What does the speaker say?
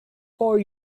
for